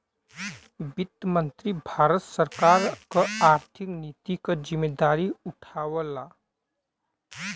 वित्त मंत्री भारत सरकार क आर्थिक नीति क जिम्मेदारी उठावला